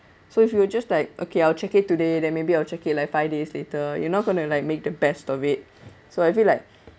so if you were just like okay I'll check it today then maybe I'll check it like five days later you're not going to like make the best of it so I feel like